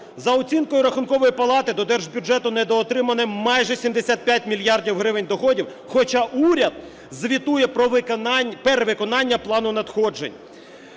За оцінкою Рахункової палати, до держбюджету недоотримано майже 75 мільярдів гривень доходів, хоча уряд звітує про перевиконання плану надходжень.